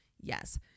Yes